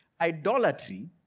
Idolatry